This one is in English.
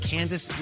Kansas